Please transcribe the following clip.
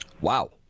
Wow